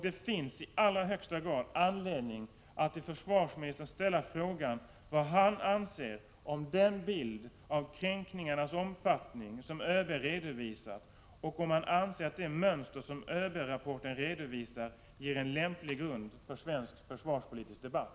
Det finns i allra högsta grad anledning att till försvarsministern ställa frågan vad han anser om den bild av kränkningar nas omfattning som ÖB redovisat och om han anser att det mönster som ÖB-rapporten redovisar ger en lämplig grund för svensk försvarspolitisk debatt.